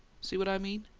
see what i mean?